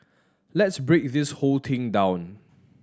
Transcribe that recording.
let's break this whole thing down